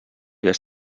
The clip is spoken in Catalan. vés